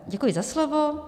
Děkuji za slovo.